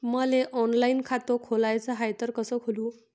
मले ऑनलाईन खातं खोलाचं हाय तर कस खोलू?